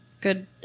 good